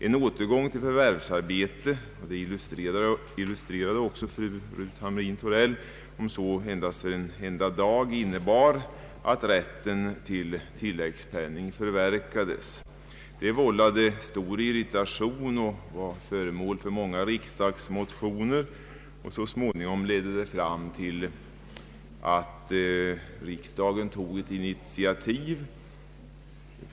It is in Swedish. En återgång till förvärvsarbete om så bara för en enda dag — detta illustrerade också fru Hamrin-Thorell — innebar att rätten till tilläggssjukpenning förverkades. Detta vållade stor irritation och var föremål för riksdagsmotioner, och så småningom ledde det fram till att riksdagen tog ett initiativ.